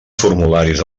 formularis